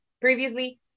previously